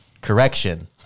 correction